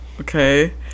okay